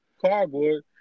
cardboard